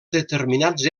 determinats